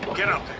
get out